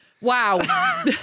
wow